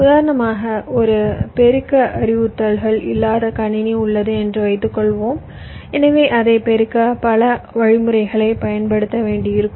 உதாரணமாக ஒரு பெருக்க அறிவுறுத்தல்கள் இல்லாத கணினி உள்ளது என்று வைத்துக்கொள்வோம் எனவே அதை பெருக்க பல வழிமுறைகளைப் பயன்படுத்த வேண்டியிருக்கும்